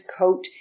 coat